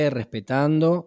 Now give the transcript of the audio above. respetando